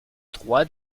trois